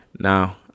Now